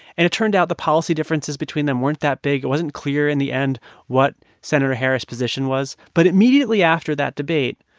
and it turned out the policy differences between them weren't that big. it wasn't clear in the end what senator harris' position was. but immediately after that debate,